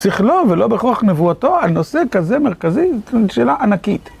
צריך לא, ולא בכוח נבואתו, על נושא כזה מרכזי, זו שאלה ענקית.